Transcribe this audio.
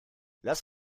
lass